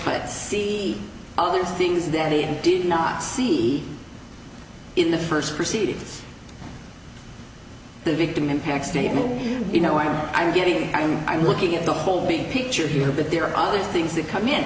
but see other things that he did not see in the first proceedings the victim impact statement you know what i'm getting i'm i'm looking at the whole big picture here but there are other things that come in